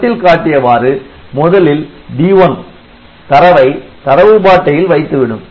படத்தில் காட்டியவாறு முதலில் D1 தரவை தரவு பாட்டையில் வைத்துவிடும்